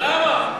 למה?